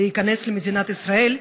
להיכנס למדינת ישראל,